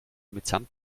mitsamt